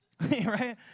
right